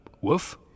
Woof